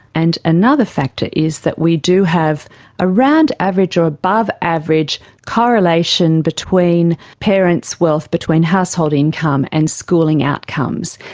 and another factor is that we do have around average or above average correlation between parents' wealth, between household income and schooling outcomes.